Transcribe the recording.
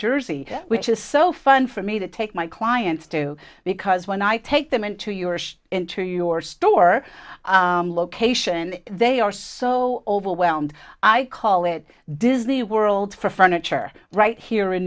jersey which is so fun for me to take my clients to because when i take them into your interview our store location they are so overwhelmed i call it disney world for furniture right here in